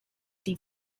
die